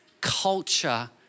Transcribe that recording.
culture